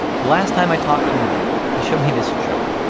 the last time i talked to mani, he showed me this chart.